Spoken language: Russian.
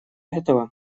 этого